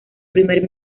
primer